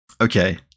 Okay